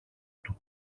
του